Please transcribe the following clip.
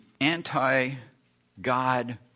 anti-God